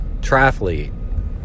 triathlete